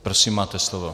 Prosím, máte slovo.